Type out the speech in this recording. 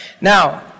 now